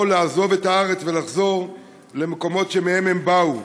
או יעזבו את הארץ ויחזרו למקומות שמהם הם באו.